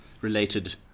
related